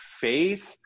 faith